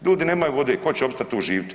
Ljudi nemaju vode, tko će ostati tu živit?